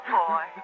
boy